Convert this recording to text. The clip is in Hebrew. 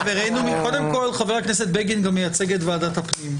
קודם כל חבר הכנסת בגין גם מייצג את ועדת הפנים.